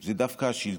זה דווקא שלטון.